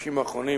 שבחודשים האחרונים